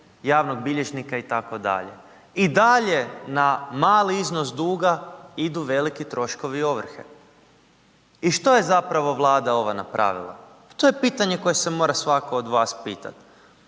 javnog bilježnika itd., i dalje na mali iznos duga idu veliki troškovi ovrhe. I što je zapravo Vlada ova napravila? To je pitanje koje se mora svatko od vas pitati.